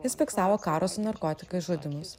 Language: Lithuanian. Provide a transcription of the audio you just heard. jis fiksavo karo su narkotikais žudymus